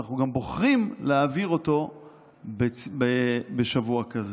אנחנו גם בוחרים להעביר אותו בשבוע כזה.